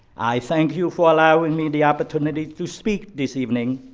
i thank you for allowing me the opportunity to speak this evening,